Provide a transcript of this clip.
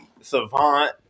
savant